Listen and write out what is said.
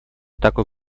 такой